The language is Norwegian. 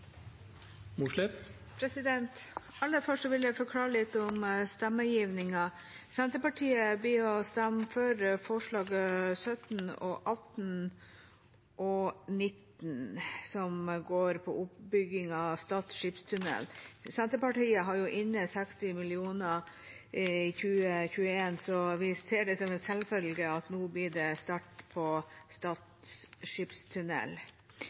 Aller først vil jeg forklare litt om stemmegivningen. Senterpartiet vil stemme for forslagene nr. 17–19, som går på bygging av Stad skipstunnel. Senterpartiet har inne 60 mill. kr i 2021, så vi ser det som en selvfølge at det nå blir start på